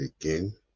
again